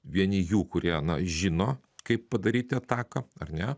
vieni jų kurie žino kaip padaryti ataką ar ne